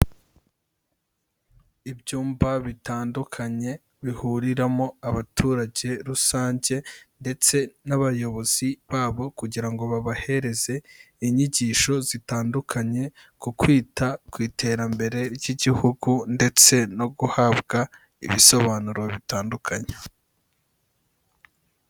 Ibyumba bitandukanye bihuriramo abaturage rusange ndetse n'abayobozi babo, kugira ngo babahereze inyigisho zitandukanye ku kwita ku iterambere ry'igihugu, ndetse no guhabwa ibisobanuro bitandukanye.